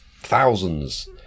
thousands